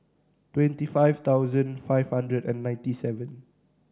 twenty five thousand five hundred and ninety seven